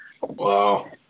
wow